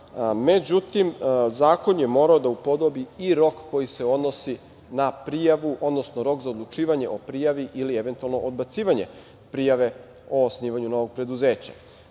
Međutim, zakon je morao da upodobi i rok koji se odnosi na prijavu, odnosno rok za odlučivanje o prijavi ili eventualno odbacivanje prijave o osnivanju novog preduzeća.